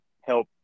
help